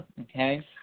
Okay